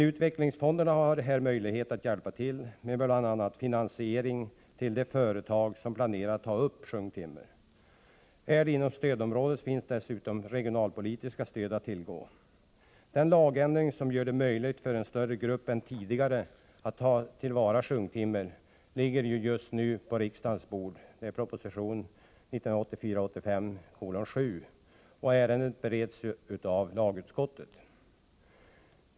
Utvecklingsfonderna har här möjlighet att hjälpa de företag som planerar att ta upp sjunktimmer med bl.a. finansiering. Är det inom stödområdet finns dessutom regionalpolitiskt stöd att tillgå. Den lagändring som gör det möjligt för en större grupp än tidigare att ta till vara sjunktimmer ligger just nu på riksdagens bord — det är proposition 1984/85:7. Ärendet bereds av lagutskottet.